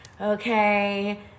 okay